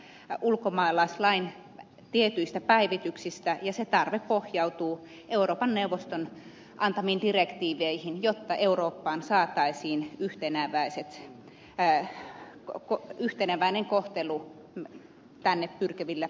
elikkä kyse on ulkomaalaislain tietyistä päivityksistä ja se tarve pohjautuu euroopan neuvoston antamiin direktiiveihin jotta eurooppaan saataisiin yhteneväinen kohtelu tänne pyrkiville pakolaisille